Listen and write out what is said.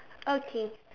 okay